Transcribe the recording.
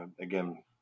again